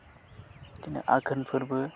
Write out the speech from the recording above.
बिदिनो आघोन फोरबो